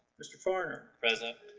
mr. farner present.